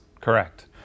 Correct